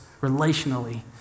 relationally